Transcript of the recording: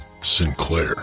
Sinclair